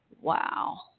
Wow